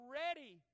ready